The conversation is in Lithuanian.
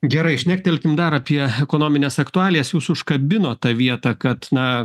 gerai šnektelkim dar apie ekonomines aktualijas jūs užkabinot tą vietą kad na